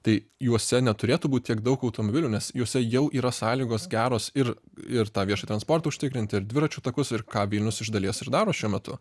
tai juose neturėtų būt tiek daug automobilių nes juose jau yra sąlygos geros ir ir tą viešą transportą užtikrinti ir dviračių takus ir ką vilnius iš dalies ir daro šiuo metu